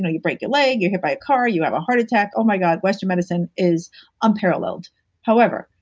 ah you break your leg, you're hit by a car, you have a heart attack, oh my god, western medicine is unparalleled however,